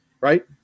right